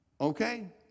Okay